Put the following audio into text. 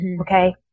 okay